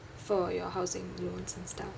for your housing loans and stuff